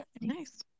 nice